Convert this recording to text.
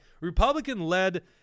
Republican-led